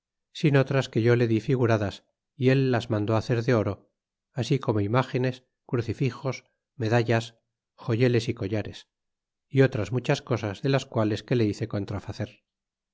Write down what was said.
sin otras que yo le di figuradas y él las mandó hacer de oro ad como imágenes crucifixos medallas joyeles y collares y otras muchas cosas de las nuestras que le hice contrafacer